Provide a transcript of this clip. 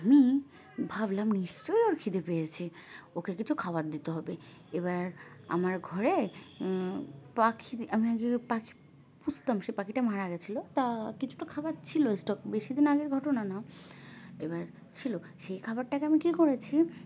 আমি ভাবলাম নিশ্চয়ই ওর খিদে পেয়েছে ওকে কিছু খাবার দিতে হবে এবার আমার ঘরে পাখি আমি আগে পাখি পুষতাম সে পাখিটা মারা গেছিল তা কিছুটা খাবার ছিল স্টক বেশি দিন আগের ঘটনা না এবার ছিল সেই খাবারটাকে আমি কী করেছি